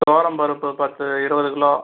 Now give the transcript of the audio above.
துவரம் பருப்பு பத்து இருபது கிலோ